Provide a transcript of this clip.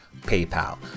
paypal